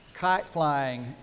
kite-flying